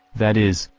that is,